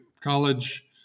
college